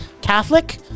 Catholic